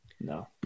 No